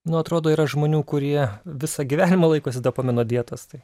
nu atrodo yra žmonių kurie visą gyvenimą laikosi dopamino dietos tai